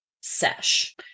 sesh